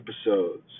episodes